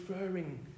referring